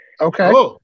Okay